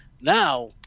now